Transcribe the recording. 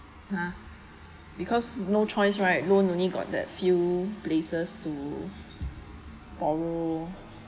uh because no choice right loan only got that few places to borrow